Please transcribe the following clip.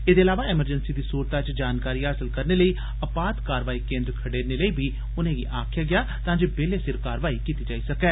एहदे इलावा इमरजन्सी दी सूरतै च जानकारी हासल करने लेई अपात कारवाई केंद्र खडेरने लेई बी आक्खेआ गेया तां जे बेल्ले सिर कारवाई कीती जाई सकै